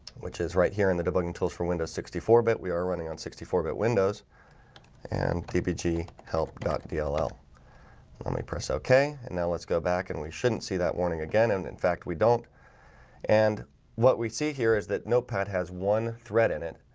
which is right here in the debugging tools for windows sixty four bit we are running on sixty four bit windows and tpg help dock to ah dll let me press ok, and now let's go back and we shouldn't see that warning again. and in fact, we don't and what we see here is that notepad has one thread in it.